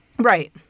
Right